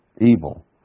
evil